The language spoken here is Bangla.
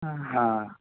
হ্যাঁ